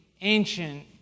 ancient